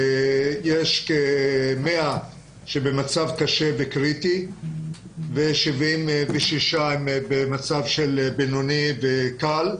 יש כ-100 שהם במצב קשה וקריטי ו-76 במצב בינוני וקל.